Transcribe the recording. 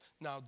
Now